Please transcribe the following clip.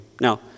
Now